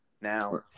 Now